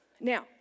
Now